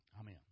Amen